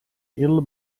ill